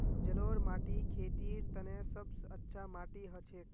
जलौढ़ माटी खेतीर तने सब स अच्छा माटी हछेक